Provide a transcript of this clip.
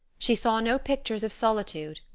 she saw no pictures of solitude,